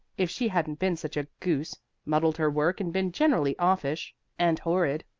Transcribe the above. if she hadn't been such a goose muddled her work and been generally offish and horrid.